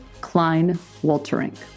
Klein-Wolterink